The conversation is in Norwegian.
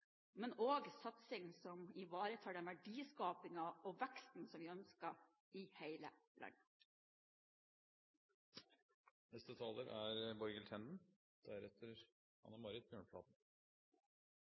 men også en satsing som ivaretar den verdiskapingen og veksten som vi ønsker i hele